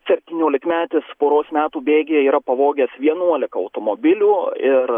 septyniolikmetis poros metų bėgyje yra pavogęs vienuolika automobilių ir